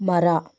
ಮರ